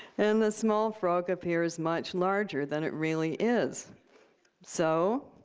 and the small frog appears much larger than it really is so?